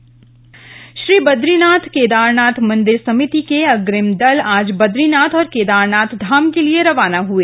दल रवाना श्री बदरीनाथ केदारनाथ मंदिर समिति के अग्रिम दल आज बदरीनाथ और केदारनाथ धाम के लिए रवाना हुए